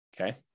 okay